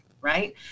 right